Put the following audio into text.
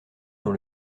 dans